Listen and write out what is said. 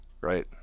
Right